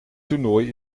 toernooi